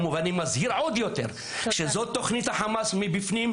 אני מזהיר שזאת תוכנית החמאס מבפנים,